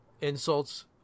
insults